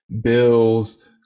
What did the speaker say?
bills